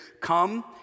Come